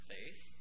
Faith